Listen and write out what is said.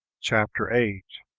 chapter eight.